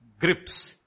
grips